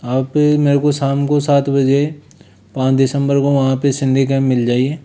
आप मेरे को शाम को सात बजें पाँच दिसम्बर को वहाँ पर सिंधी कैंट मिल जाइए